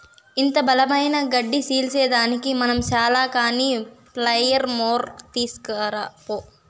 ఇంత బలమైన గడ్డి సీల్సేదానికి మనం చాల కానీ ప్లెయిర్ మోర్ తీస్కరా పో